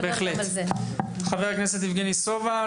חבר הכנסת יבגני סובה.